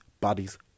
bodies